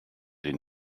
den